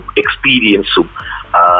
experience